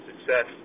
success